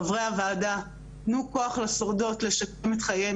חברי הוועדה תנו כוח לשורדות לשקם את חייהן,